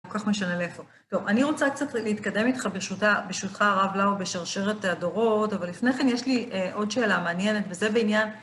כל כך משנה לאיפה. טוב, אני רוצה קצת להתקדם איתך ברשותך הרב לאו בשרשרת הדורות, אבל לפני כן יש לי עוד שאלה מעניינת, וזה בעניין